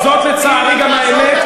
וזאת לצערי גם האמת,